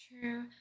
True